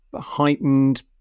heightened